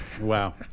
Wow